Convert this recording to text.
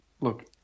look